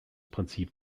prinzip